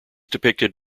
depicted